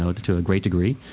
so to to a great degree.